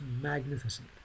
magnificent